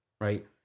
right